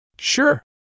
Sure